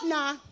Nah